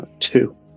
Two